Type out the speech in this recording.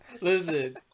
Listen